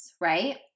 right